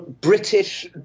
British